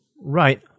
Right